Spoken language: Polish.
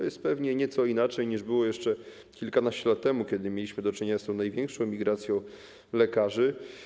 Jest pewnie nieco inaczej niż jeszcze kilkanaście lat temu, kiedy mieliśmy do czynienia z tą największą migracją lekarzy.